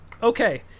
Okay